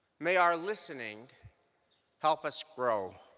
may our listening help us grow.